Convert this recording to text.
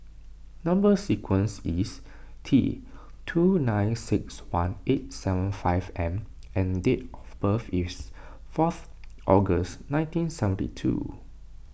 Number Sequence is T two nine six one eight seven five M and date of birth is fourth August nineteen seventy two